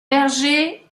berger